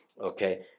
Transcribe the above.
Okay